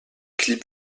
clip